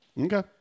Okay